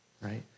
right